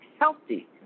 healthy